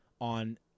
on